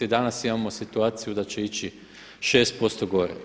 Danas imamo situaciju da će ići 6% gore.